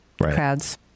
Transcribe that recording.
crowds